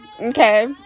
Okay